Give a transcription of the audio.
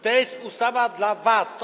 To jest ustawa dla was.